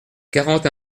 quarante